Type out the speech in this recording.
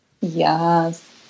Yes